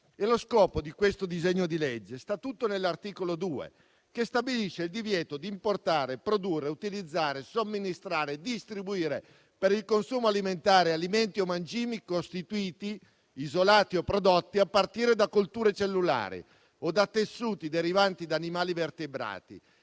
Lo scopo di questo disegno di legge sta tutto nell'articolo 2, che stabilisce il divieto di importare, produrre, utilizzare, somministrare e distribuire per il consumo alimentare, alimenti o mangimi costituiti, isolati o prodotti a partire da colture cellulari o da tessuti derivanti da animali vertebrati,